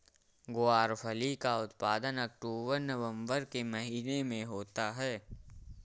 ग्वारफली का उत्पादन अक्टूबर नवंबर के महीने में होता है